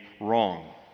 wrong